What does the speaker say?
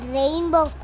rainbow